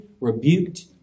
Rebuked